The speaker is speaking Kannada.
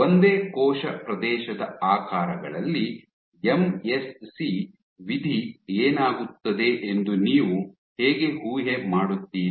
ಒಂದೇ ಕೋಶ ಪ್ರದೇಶದ ಆಕಾರಗಳಲ್ಲಿ ಎಂಎಸ್ಸಿ ವಿಧಿ ಏನಾಗುತ್ತದೆ ಎಂದು ನೀವು ಹೇಗೆ ಊಹೆ ಮಾಡುತ್ತೀರಿ